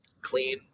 clean